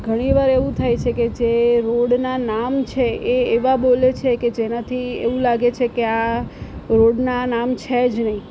ઘણી વાર એવું થાય છે કે જે રોડના નામ છે એ એવા બોલે છે કે જેનાથી એવું લાગે છે કે આ રોડના નામ છે જ નહિ